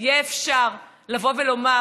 יהיה אפשר לבוא ולומר: